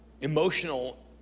emotional